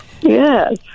Yes